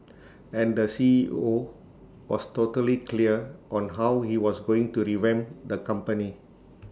and the C E O was totally clear on how he was going to revamp the company